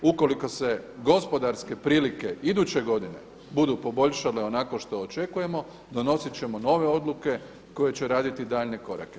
Ukoliko se gospodarske prilike iduće budu poboljšale onako što očekujemo, donosit ćemo nove odluke koje će raditi daljnje korake.